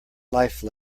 life